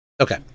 Okay